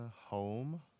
Home